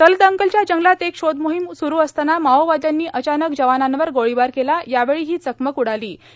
तलदंगलच्या जंगलात एक शोध मोहिम स्रु असताना माओवाद्यांनी अचानक जवानांवर गोळीबार केला यावेळी ही चकमक उडाली होती